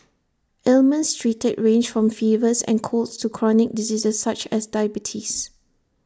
ailments treated range from fevers and colds to chronic diseases such as diabetes